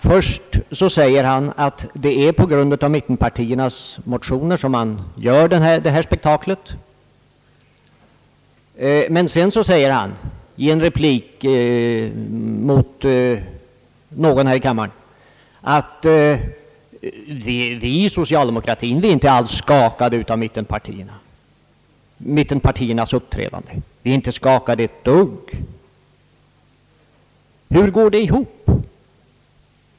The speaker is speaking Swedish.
Först säger han att det är på grund av mittenpartiernas motioner, som man gjorde detta spektakel, men sedan säger han i en replik mot någon här i kammaren att »vi inom socialdemokratin är inte alls skakade» av mittenpartiernas uppträdande — inte ett dugg. Hur går det ihop?